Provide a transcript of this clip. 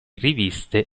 riviste